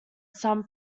some